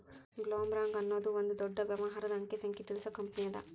ಬ್ಲೊಮ್ರಾಂಗ್ ಅನ್ನೊದು ಒಂದ ದೊಡ್ಡ ವ್ಯವಹಾರದ ಅಂಕಿ ಸಂಖ್ಯೆ ತಿಳಿಸು ಕಂಪನಿಅದ